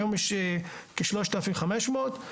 היום יש כשלושת אלפים חמש מאות,